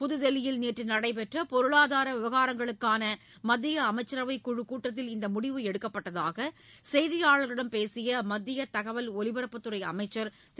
புதுதில்லியில் நேற்று நடைபெற்ற பொருளாதார விவகாரங்களுக்கான மத்திய அமைச்சரவைக் குழுக் கூட்டத்தில் இந்த முடிவு எடுக்கப்பட்டதாக செய்தியாளர்களிடம் பேசிய மத்திய தகவல் ஒலிபரப்புத்துறை அமைச்சர் திரு